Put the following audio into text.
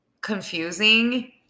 Confusing